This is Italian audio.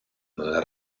nel